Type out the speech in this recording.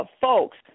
folks